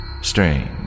strange